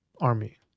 army